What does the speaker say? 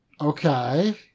Okay